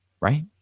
right